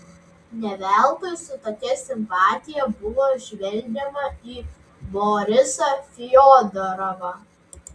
ne veltui su tokia simpatija buvo žvelgiama į borisą fiodorovą